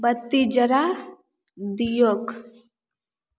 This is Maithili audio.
बत्ती जरा दिऔक